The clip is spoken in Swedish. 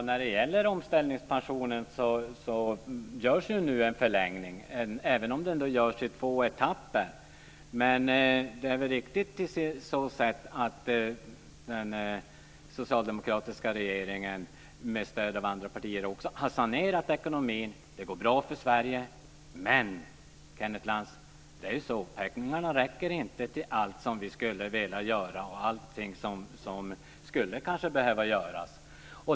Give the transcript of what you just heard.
Fru talman! Omställningspensionen kommer ju att förlängas, även om det kommer att ske i två etapper. Det är riktigt att den socialdemokratiska regeringen med stöd av andra partier har sanerat ekonomin. Det går bra för Sverige. Men, Kenneth Lantz, pengarna räcker inte till allt som vi skulle vilja göra och som kanske skulle behöva göras.